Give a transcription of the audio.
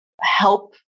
help